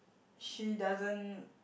she doesn't